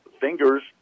fingers